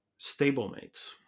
stablemates